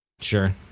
Sure